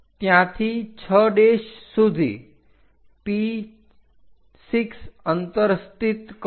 ત્યથી 6 સુધી P6 અંતર સ્થિત કરો